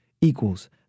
Equals